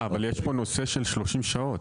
אבל יש פה נושא של 30 שעות.